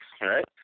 Right